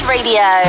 Radio